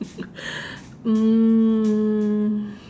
mm